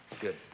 Good